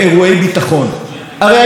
הרי היינו יוצאים למלחמה על זה.